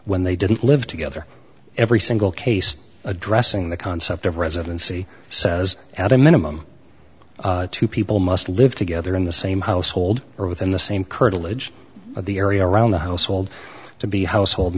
when they didn't live together every single case addressing the concept of residency says at a minimum two people must live together in the same household or within the same curtilage of the area around the household to be household